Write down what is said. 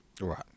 Right